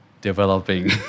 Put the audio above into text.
developing